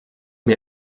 mir